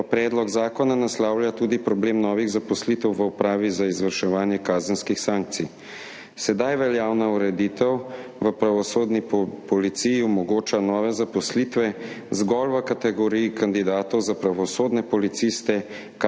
predlog zakona naslavlja tudi problem novih zaposlitev v Upravi za izvrševanje kazenskih sankcij. Sedaj veljavna ureditev v pravosodni policiji omogoča nove zaposlitve zgolj v kategoriji kandidatov za pravosodne policiste,